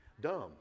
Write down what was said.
dumb